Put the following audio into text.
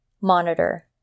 Monitor